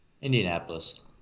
Indianapolis